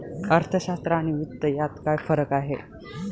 अर्थशास्त्र आणि वित्त यात काय फरक आहे